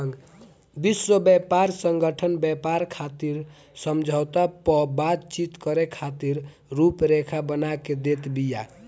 विश्व व्यापार संगठन व्यापार खातिर समझौता पअ बातचीत करे खातिर रुपरेखा बना के देत बिया